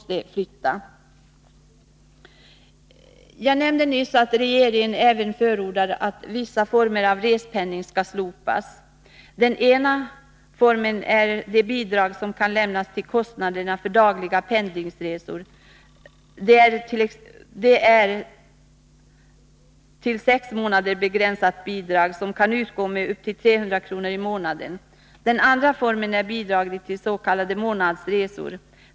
Jag nämnde nyss att regeringen även förordar att vissa former av respenning skall slopas. Den ena formen gäller bidrag till kostnaderna för dagliga pendlingsresor. Det är ett till sex månader tidsbegränsat bidrag, som kan utgå med upp till 300 kr. i månaden. Den andra formen gäller bidrag till s.k. månadsresor.